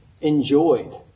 enjoyed